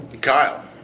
Kyle